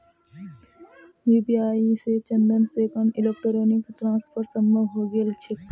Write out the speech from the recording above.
UPI स चंद सेकंड्सत इलेक्ट्रॉनिक ट्रांसफर संभव हई गेल छेक